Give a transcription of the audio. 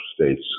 states